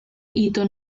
hito